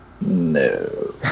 No